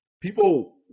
people